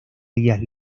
días